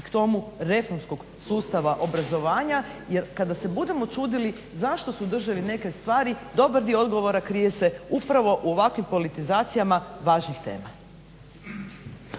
i k tome reformskog sustava obrazovanja. Jer kada se budemo čudili zašto su državi neke stvari dobar dio odgovora krije se upravo u ovakvim politizacijama važnih tema.